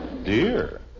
Dear